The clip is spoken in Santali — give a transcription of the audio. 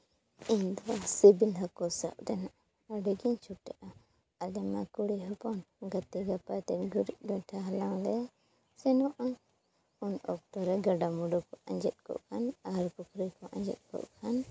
ᱤᱧ ᱫᱚ ᱥᱮᱫᱤᱱ ᱦᱟᱹᱠᱩ ᱥᱟᱵ ᱫᱚ ᱟᱹᱰᱤ ᱜᱮᱧ ᱪᱷᱩᱴᱟᱹᱜᱼᱟ ᱟᱫᱚ ᱢᱟ ᱠᱩᱲᱤ ᱦᱚᱯᱚᱱ ᱜᱟᱛᱮᱼᱜᱟᱯᱟᱛᱮ ᱜᱩᱨᱤᱡᱽᱼᱜᱚᱸᱭᱴᱷᱟ ᱦᱞᱟᱝ ᱞᱮ ᱥᱮᱱᱚᱜᱼᱟ ᱩᱱ ᱚᱠᱛᱚ ᱨᱮ ᱜᱟᱰᱟᱼᱢᱩᱰᱩ ᱠᱚ ᱟᱸᱡᱮᱫ ᱠᱚᱜᱼᱟ ᱟᱨ ᱯᱩᱠᱷᱨᱤ ᱠᱚ ᱟᱸᱡᱮᱫ ᱠᱚᱜ ᱠᱷᱟᱱ